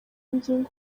ingingo